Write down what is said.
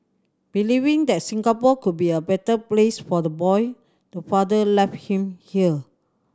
believing that Singapore would be a better place for the boy the father left him here